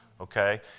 Okay